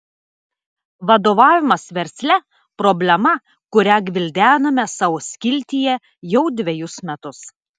vadovavimas versle problema kurią gvildename savo skiltyje jau dvejus metus